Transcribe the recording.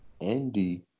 Andy